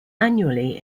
annually